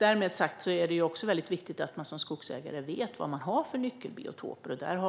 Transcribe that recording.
är väldigt viktigt att skogsägare vet vilka nyckelbiotoper de har.